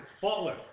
Faultless